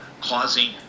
causing